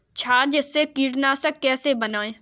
छाछ से कीटनाशक कैसे बनाएँ?